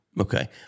Okay